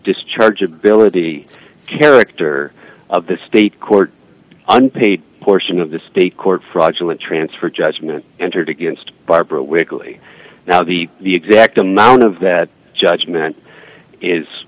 discharge ability character of the state court unpaid portion of the state court fraudulent transfer judgment entered against barbara wiggly now the exact amount of that judgment is